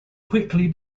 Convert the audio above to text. quickly